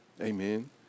Amen